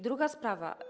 Druga sprawa.